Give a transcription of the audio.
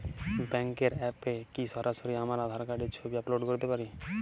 ব্যাংকের অ্যাপ এ কি সরাসরি আমার আঁধার কার্ড র ছবি আপলোড করতে পারি?